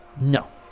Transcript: no